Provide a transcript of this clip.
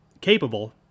capable